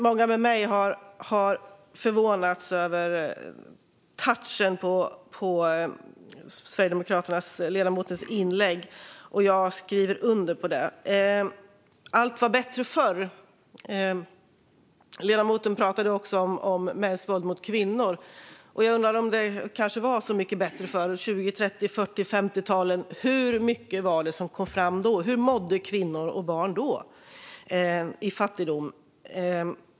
Många med mig har förvånats över touchen på den sverigedemokratiska ledamotens inlägg, och jag skriver under på det. Allt var bättre förr, tydligen. Ledamoten pratade också om mäns våld mot kvinnor. Jag undrar om det var så mycket bättre förr, på 20, 30, 40 och 50-talen. Hur mycket var det som kom fram då? Hur mådde kvinnor och barn då, i fattigdom?